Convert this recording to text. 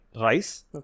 rice